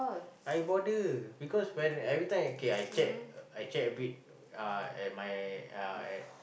I bother because when every time okay I check I check a bit uh at my yeah at